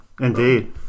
Indeed